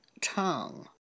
tongue